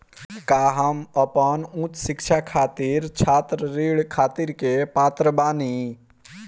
का हम अपन उच्च शिक्षा खातिर छात्र ऋण खातिर के पात्र बानी?